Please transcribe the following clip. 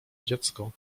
dziecko